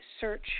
search